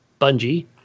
Bungie